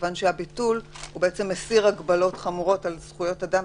כיוון שהביטול בעצם מסיר הגבלות חמורות על זכויות אדם,